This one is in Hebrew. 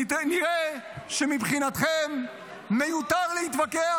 נראה שמבחינתכם מיותר להתווכח,